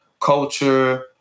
culture